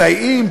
מסייעים,